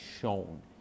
shown